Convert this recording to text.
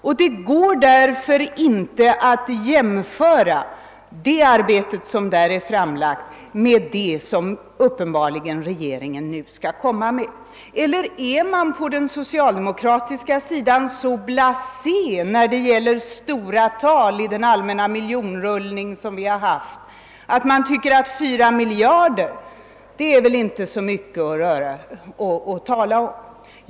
Därför går det inte att jämföra det arbete som där presenterats med det som regeringen uppenbarligen kommer att redovisa. Eller är man på den socialdemokratiska sidan så blasé när det gäller stora tal i den allmänna miljonrullning vi haft, att man tycker att 4 miljarder kronor inte är så mycket att tala om?